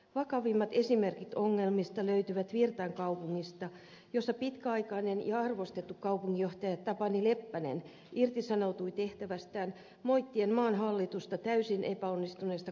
vakavimmat esimerkit ongelmista löytyvät virtain kaupungista jossa pitkäaikainen ja arvostettu kaupunginjohtaja tapani leppänen irtisanoutui tehtävästään moittien maan hallitusta täysin epäonnistuneesta kuntapolitiikasta